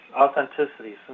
authenticity